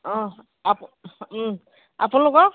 অঁ আপো আপোনালোকৰ